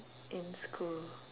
in school